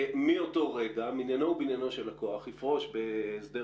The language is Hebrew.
מאותו רגע מניינו ובניינו של הכוח יפרוש בהסדר